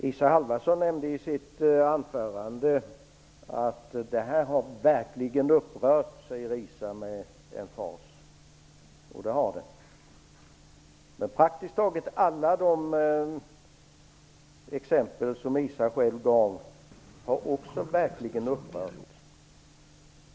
Isa Halvarsson framhöll med emfas i sitt anförande att det här verkligen har upprört, och det har det gjort. Men också praktiskt taget alla de exempel som Isa Halvarsson själv gav har verkligen upprört.